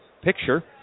picture